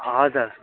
हजुर